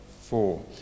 four